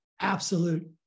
absolute